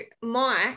Mike